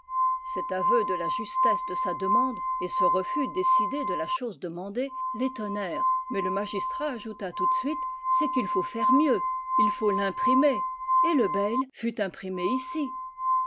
cet aveu de la justesse de sa demande et ce refus décidé de la chose demandée l'étonnèrent mais le magistrat ajouta tout de suite c'est qu'il faut faire mieux il faut l'imprimer et le bayle fut imprimé ici